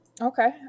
Okay